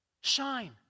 Shine